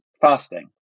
fasting